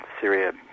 Syria